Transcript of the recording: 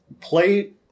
play